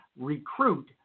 recruit